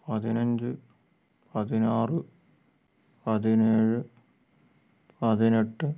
പതിനഞ്ച് പതിനാറ് പതിനേഴ് പതിനെട്ട്